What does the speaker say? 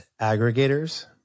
aggregators